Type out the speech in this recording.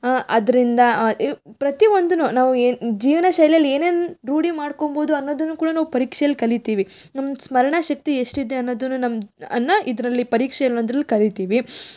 ಅದರಿಂದ ಪ್ರತಿ ಒಂದನ್ನು ನಾವು ಏನು ಜೀವನ ಶೈಲಿಯಲ್ಲಿ ಏನೇನು ರೂಢಿ ಮಾಡಿಕೊಂಬೋದು ಅನ್ನೋದನ್ನು ಕೂಡ ನಾವು ಪರೀಕ್ಷೆಯಲ್ಲಿ ಕಲಿತೀವಿ ನಮ್ಮ ಸ್ಮರಣ ಶಕ್ತಿ ಎಷ್ಟಿದೆ ಅನ್ನೋದನ್ನು ನಮ್ಮನ್ನ ಇದರಲ್ಲಿ ಪರೀಕ್ಷೆ ಅನ್ನೋದ್ರಲ್ಲಿ ಕಲಿತೀವಿ